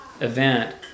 event